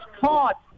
caught